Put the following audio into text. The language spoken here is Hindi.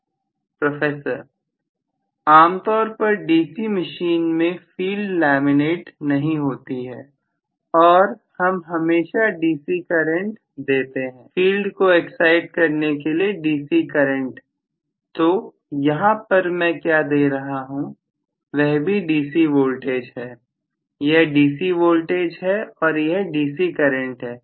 प्रोफेसर आम तौर पर डीसी मशीन में फील्ड लैमिनेट नहीं होती है और हम हमेशा डीसी करंट देते हैं फील्ड को एक्साइट करने के लिए डीसी करंट तो यहां पर मैं क्या दे रहा हूं वह भी डीसी वोल्टेज है यह डीसी वोल्टेज है और यह डीसी करंट है